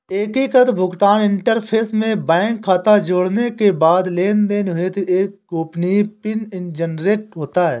एकीकृत भुगतान इंटरफ़ेस में बैंक खाता जोड़ने के बाद लेनदेन हेतु एक गोपनीय पिन जनरेट होता है